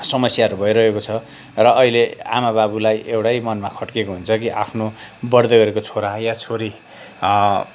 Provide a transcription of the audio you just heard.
समस्याहरू भइरहेको छ र अहिले आमा बाबुलाई एउटै मनमा खट्केको हुन्छ कि आफ्नो बढ्दै गरेको छोरा या छोरी